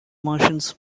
martians